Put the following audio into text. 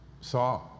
saw